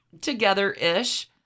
Together-ish